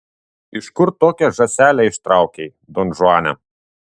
iš kur tokią žąselę ištraukei donžuane